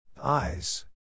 Eyes